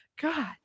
God